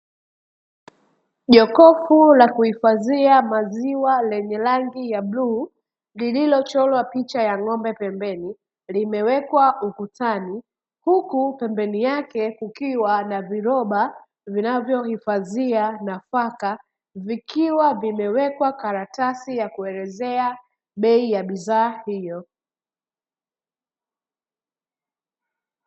Jokofu la kuhifadhia maziwa, lenye rangi ya bluu, lililochorwa picha ya ng'ombe pembeni, limewekwa ukutani, huku pembeni yake kukiwa na viroba vinavyohifadhia nafaka, vikiwa vimewekwa karatasi ya kuelezea bei ya bidhaa hiyo.